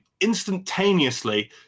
instantaneously